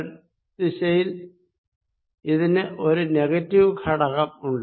Z ദിശയിൽ ഇതിന് ഒരു നെഗറ്റീവ് ഘടകം ഉണ്ട്